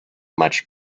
much